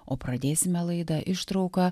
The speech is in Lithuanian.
o pradėsime laidą ištrauka